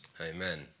Amen